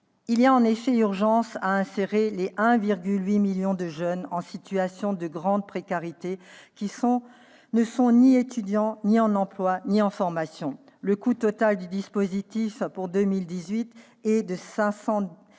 Il y a en effet urgence à insérer les 1,8 million de jeunes en situation de grande précarité qui ne sont ni étudiants, ni en emploi, ni en formation. Le coût total du dispositif pour 2018 est de 514,6